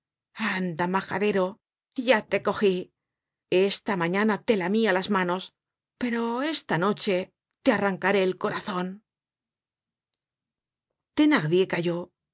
anda majadero ya te cogí esta mañana te lamia las manos pero esta noche te arrancaré el corazon thenardier calló